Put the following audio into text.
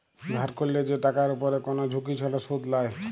ধার ক্যরলে যে টাকার উপরে কোন ঝুঁকি ছাড়া শুধ লায়